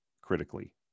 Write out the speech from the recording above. critically